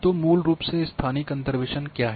तो मूल रूप से स्थानिक अंतर्वेसन क्या है